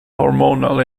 hormonal